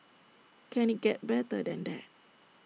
can IT get better than that